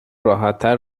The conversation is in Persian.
راحتتر